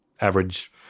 average